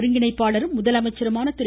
ஒருங்கிணைப்பாளரும் முதலமைச்சருமான திரு